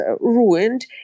ruined